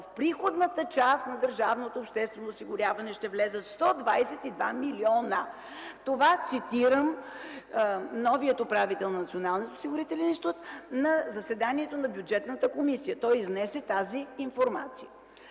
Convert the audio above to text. в приходната част на държавното обществено осигуряване ще влязат 122 милиона! Това цитира новият управител на Националния осигурителен институт на заседанието на Бюджетната комисия – той изнесе тази информация.